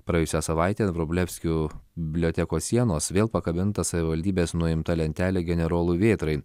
praėjusią savaitę ant vrublevskių bibliotekos sienos vėl pakabinta savivaldybės nuimta lentelė generolui vėtrai